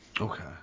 Okay